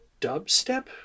dubstep